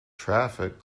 traffic